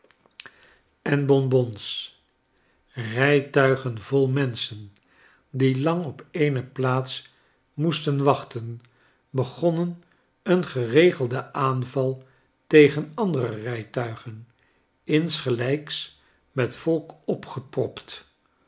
n s rijtuigen vol menschen die lang op eene plants moesten wachten begonnen een geregelden aanval tegen andere rijtuigen insgelijks met volk opgepropt